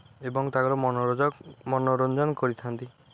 ଏବଂ ତାଙ୍କର ମନୋରଞ୍ଜନ କରିଥାନ୍ତି